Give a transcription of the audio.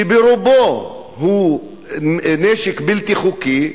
שברובו הוא נשק בלתי חוקי,